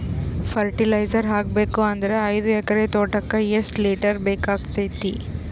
Fertiliser ಹಾಕಬೇಕು ಅಂದ್ರ ಐದು ಎಕರೆ ತೋಟಕ ಎಷ್ಟ ಲೀಟರ್ ಬೇಕಾಗತೈತಿ?